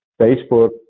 Facebook